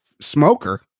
Smoker